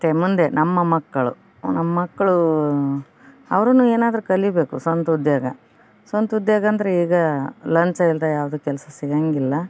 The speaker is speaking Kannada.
ಮತ್ತು ಮುಂದೆ ನಮ್ಮ ಮಕ್ಕಳು ನಮ್ಮಕ್ಕಳು ಅವರೂನು ಏನಾದರೂ ಕಲಿಯಬೇಕು ಸ್ವಂತ ಉದ್ಯೋಗ ಸ್ವಂತ ಉದ್ಯೋಗ ಅಂದರೀಗ ಲಂಚ ಇಲ್ಲದೇ ಯಾವುದೂ ಕೆಲಸ ಸಿಗಂಗಿಲ್ಲ